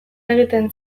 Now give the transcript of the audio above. egiten